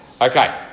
Okay